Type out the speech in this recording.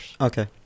Okay